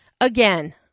again